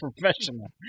Professional